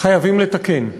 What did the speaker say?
חייבים לתקן.